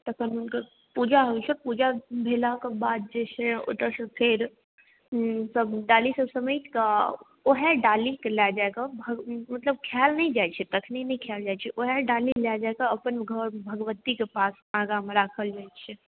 तखन हुनकर पूजा होइ छै पूजा भेलाक बाद जे छै ओतऽसँ फेर सभ डाली सभ समटिकऽ आओर ओहे डालीके लए जाकऽ भ मतलब खायल नहि जाइ छै तखने नहि खायल जाइ छै ओहे डाली लए जाकऽ अपन घर भगवतीके पास आगामे राखल जाइ छै